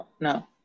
No